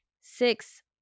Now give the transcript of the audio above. Six